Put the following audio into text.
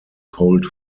cold